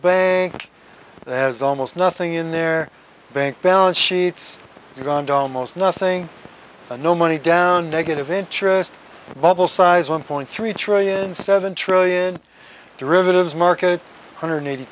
bank has almost nothing in their bank balance sheets uganda almost nothing no money down negative interest bubble size one point three trillion seven trillion derivatives market hundred eighty